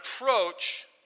approach